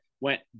went